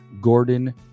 Gordon